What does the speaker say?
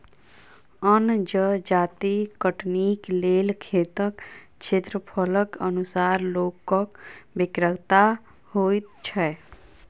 अन्न जजाति कटनीक लेल खेतक क्षेत्रफलक अनुसार लोकक बेगरता होइत छै